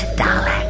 darling